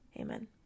Amen